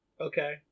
okay